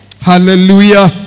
hallelujah